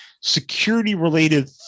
security-related